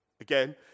Again